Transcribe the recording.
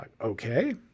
Okay